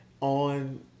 on